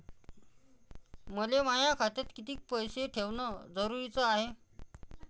मले माया खात्यात कितीक पैसे ठेवण जरुरीच हाय?